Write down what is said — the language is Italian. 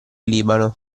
libano